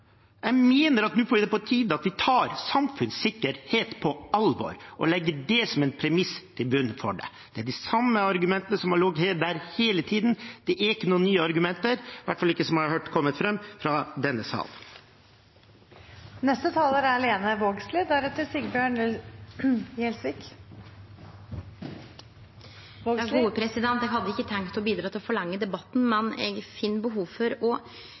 jeg ville vært uforsvarlig. Jeg mener at nå er det på tide at vi tar samfunnssikkerhet på alvor og legger det som en premiss i bunnen. Det er de samme argumentene som har ligget der hele tiden, det er ikke noen nye argumenter – i hvert fall ikke som jeg har hørt komme fram i denne salen. Eg hadde ikkje tenkt å bidra til å forlengje debatten, men eg finn behov for